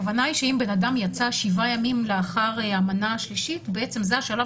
הכוונה היא שאם בן אדם יצא שבעה ימים לאחר המנה השלישית בעצם זה השלב